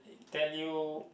tell you